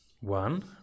one